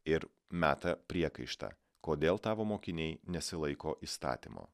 ir meta priekaištą kodėl tavo mokiniai nesilaiko įstatymo